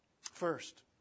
First